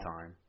time